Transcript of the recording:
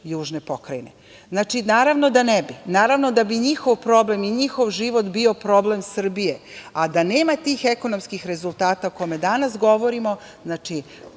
južne pokrajine. Naravno, da ne bi. Naravno, da bi njihov problem i njihov život bio problem Srbije, a da nema tih ekonomskih rezultata o kojima danas govorimo, ta